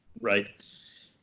right